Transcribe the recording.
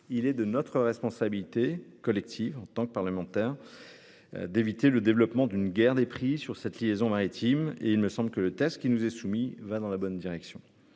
Il est de notre responsabilité collective, en tant que parlementaires, d'éviter le développement d'une guerre des prix sur cette liaison maritime. À cet égard, il me semble que le texte qui nous est soumis va dans la bonne direction.